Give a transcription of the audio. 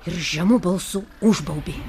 ir žemu balsu užbaubė